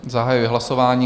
Zahajuji hlasování.